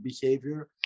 behavior